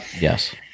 Yes